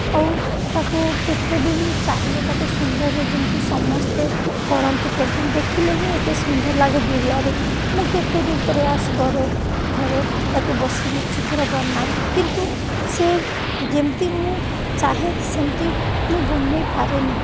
ଆଉ ତାକୁ କେତେ ବି ମୁଁ ଚାହିଁଲେ ତାକୁ ସୁନ୍ଦର ଯେମିତି ସମସ୍ତେ କରନ୍ତି ପେଣ୍ଟିଙ୍ଗ୍ ଦେଖିଲେ ହିଁ ଏତେ ସୁନ୍ଦର ଲାଗେ ଦୁରିଆରୁ ମୁଁ କେତେ ବି ପ୍ରୟାସ କରେ ଘରେ ତାକୁ ବସିକି ଚିତ୍ର ବନାଏ କିନ୍ତୁ ସେ ଯେମିତି ମୁଁ ଚାହେଁ ସେମିତି ମୁଁ ବନାଇ ପାରେନି